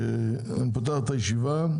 אני פותח את הישיבה.